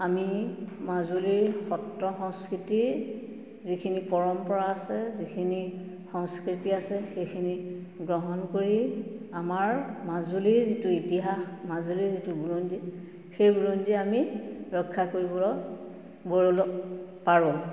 আমি মাজুলীৰ সত্ৰ সংস্কৃতিৰ যিখিনি পৰম্পৰা আছে যিখিনি সংস্কৃতি আছে সেইখিনি গ্ৰহণ কৰি আমাৰ মাজুলীৰ যিটো ইতিহাস মাজুলীৰ যিটো বুৰঞ্জী সেই বুৰঞ্জী আমি ৰক্ষা কৰিব পাৰোঁ